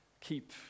keep